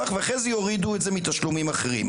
אבל אחרי זה יורידו את זה מתשלומים אחרים.